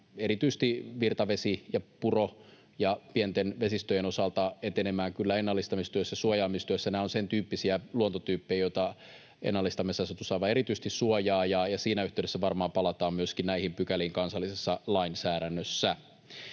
erityisesti virtavesien, purojen ja pienten vesistöjen osalta etenemään kyllä ennallistamistyössä ja suojaamistyössä. Nämä ovat sen tyyppisiä luontotyyppejä, joita ennallistamisasetus aivan erityisesti suojaa, ja siinä yhteydessä varmaan palataan myöskin näihin pykäliin kansallisessa lainsäädännössä.